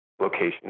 location